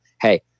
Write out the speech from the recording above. hey